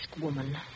woman